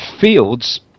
fields